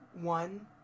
one